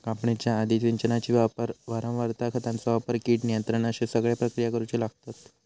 कापणीच्या आधी, सिंचनाची वारंवारता, खतांचो वापर, कीड नियंत्रण अश्ये सगळे प्रक्रिया करुचे लागतत